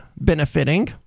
benefiting